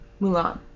Mulan